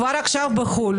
כבר עכשיו בחו"ל,